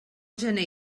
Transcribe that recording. gener